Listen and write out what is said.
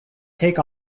take